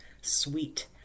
sweet